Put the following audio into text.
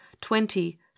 Twenty